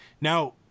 Now